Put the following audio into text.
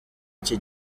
iki